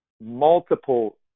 multiple